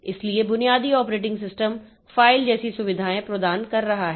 इसलिए बुनियादी operating system file जैसी सुविधाएं प्रदान कर रहा है